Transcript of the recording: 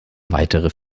weitere